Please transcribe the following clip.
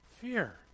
Fear